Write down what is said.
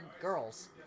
Girls